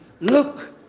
look